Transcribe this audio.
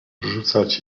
rzucać